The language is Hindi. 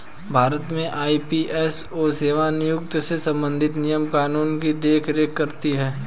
भारत में ई.पी.एफ.ओ सेवानिवृत्त से संबंधित नियम कानून की देख रेख करती हैं